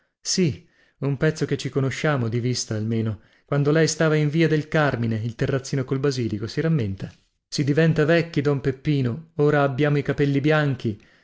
sì un pezzo che ci conosciamo di vista almeno quando lei stava in via del carmine il terrazzino col basilico si rammenta si diventa vecchi don peppino ora abbiamo i capelli bianchi